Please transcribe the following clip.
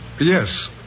Yes